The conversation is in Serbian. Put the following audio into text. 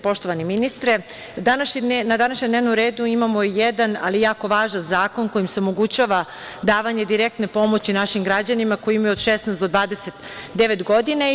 Poštovani ministre, na današnjem dnevnom redu imamo jedan, ali jako važan zakon, kojim se omogućava davanje direktne pomoći našim građanima koji imaju od 16 do 29 godina.